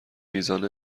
میزان